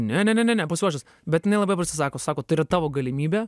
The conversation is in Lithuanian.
ne ne ne ne ne pasiruošęs bet jinai labai paprastai sako sako tai yra tavo galimybė